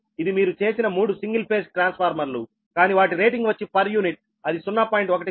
ఇది మీరు చేసిన మూడు సింగిల్ ఫేజ్ ట్రాన్స్ఫార్మర్లు కానీ వాటి రేటింగ్ వచ్చి పర్ యూనిట్ అది 0